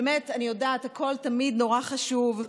אני באמת יודעת שהכול תמיד נורא חשוב,